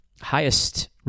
highest